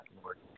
Lord